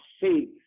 faith